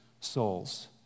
souls